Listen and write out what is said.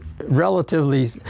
relatively